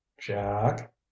jack